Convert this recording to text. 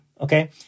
Okay